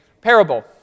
parable